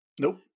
Nope